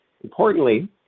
Importantly